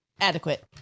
adequate